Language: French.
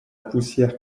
poussière